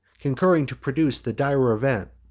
concurring to produce the dire event.